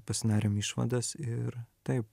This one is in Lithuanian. pasidarėm išvadas ir taip